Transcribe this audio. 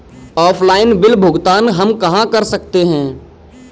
Offline bill भुगतान हम कहां कर सकते हैं?